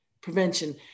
prevention